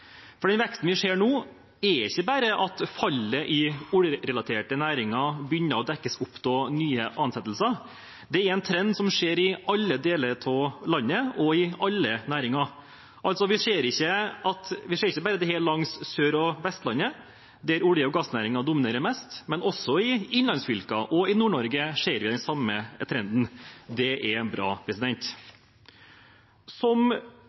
For den veksten vi ser nå, skjer ikke bare fordi fallet i oljerelaterte næringer begynner å dekkes opp av nye ansettelser, men det er en trend i alle deler av landet og i alle næringer. Vi ser altså ikke dette bare på Sør- og Vestlandet, der olje- og gassnæringen dominerer mest, også i innlandsfylker og i Nord-Norge ser vi den samme trenden. Det er bra. Jeg mener at vår viktigste oppgave som